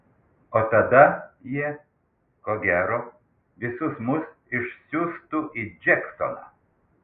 o tada jie ko gero visus mus išsiųstų į džeksoną